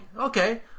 Okay